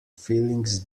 feelings